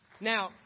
Now